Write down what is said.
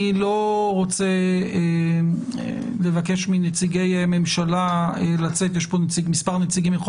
אני לא רוצה לבקש מנציגי ממשלה לצאת יש פה מספר נציגים מכל